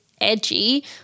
edgy